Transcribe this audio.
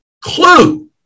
clue